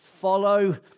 follow